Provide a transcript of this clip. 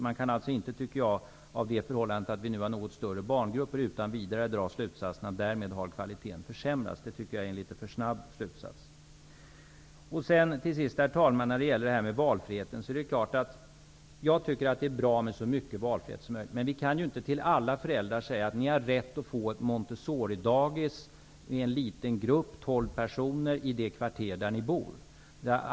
Man kan alltså inte utan vidare dra slutsatsen att kvaliteten har försämrats i och med att barngrupperna har blivit något större. Det är en litet för snabb slutsats. Jag tycker att det är bra med så stor valfrihet som möjligt, men det går ju inte att erbjuda alla föräldrar ett Montessoridagis med en liten grupp bestående av tolv barn i det kvarter där de bor.